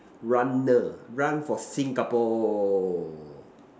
runner run for Singapore